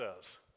says